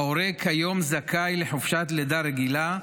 ההורה כיום זכאי לחופשת לידה רגילה,